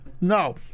No